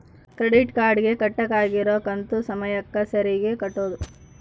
credit card ಗೆ ಕಟ್ಬಕಾಗಿರೋ ಕಂತು ಸಮಯಕ್ಕ ಸರೀಗೆ ಕಟೋದು